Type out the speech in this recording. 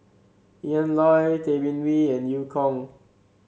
Ian Loy Tay Bin Wee and Eu Kong